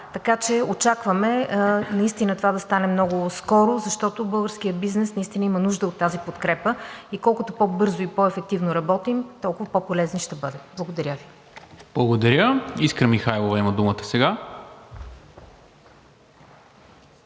Така че очакваме това да стане много скоро, защото българският бизнес наистина има нужда от тази подкрепа и колкото по-бързо и по-ефективно работим, толкова по-полезни ще бъдем. Благодаря Ви. ПРЕДСЕДАТЕЛ НИКОЛА МИНЧЕВ: Благодаря. Искра Михайлова има думата сега.